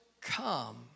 come